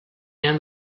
end